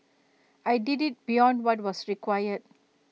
I did IT beyond what was required